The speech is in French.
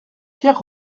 pierre